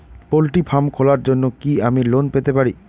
Poultry farm খোলার জন্য কি আমি লোন পেতে পারি?